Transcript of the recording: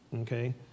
okay